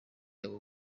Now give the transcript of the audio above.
abo